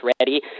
ready